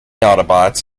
autobots